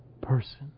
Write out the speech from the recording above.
person